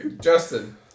Justin